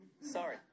Sorry